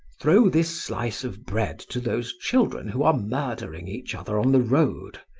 throw this slice of bread to those children who are murdering each other on the road,